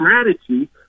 strategy